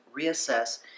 reassess